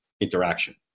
interaction